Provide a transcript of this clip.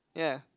ya